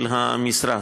של המשרד.